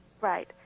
Right